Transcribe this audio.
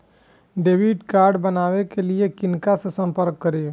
Debit card बनावे के लिए किनका से संपर्क करी?